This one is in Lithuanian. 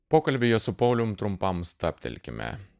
pokalbyje su paulium trumpam stabtelkime